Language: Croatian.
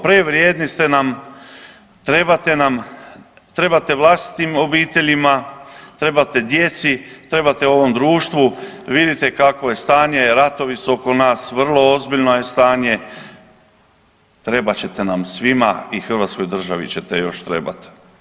Prevrijedni ste nam, trebate nam, trebate vlastitim obiteljima, trebate djeci, trebate ovom društvu vidite kako je stanje, ratovi su oko nas, vrlo ozbiljno je stanje, trebat ćete nam svima i Hrvatskoj državi ćete još trebat.